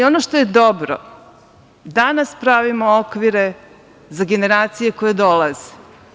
Ono što je dobro jeste da danas pravimo okvire za generacije koje dolaze.